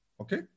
Okay